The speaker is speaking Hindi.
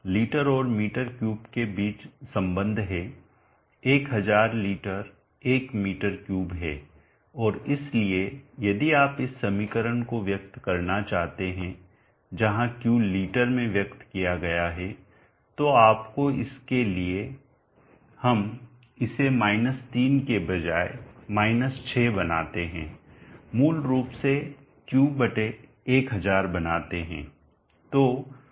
लीटर और मीटर क्यूब के बीच संबंध है 1000 लीटर 1 मीटर क्यूब है और इसलिए यदि आप इस समीकरण को व्यक्त करना चाहते हैं जहां Q लीटर में व्यक्त किया गया है तो आपको इसके लिए हम इसे 3 के बजाय 6 बनाते हैं मूल रूप से Q 1000 बनाते हैं